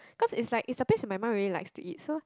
cause it's like it's the place that my mum really likes to eat so